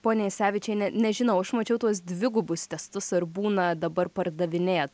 ponia jasevičiene nežinau aš mačiau tuos dvigubus testus ar būna dabar pardavinėjat